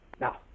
Now